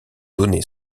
donné